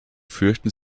fürchten